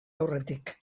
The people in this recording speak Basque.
aurretik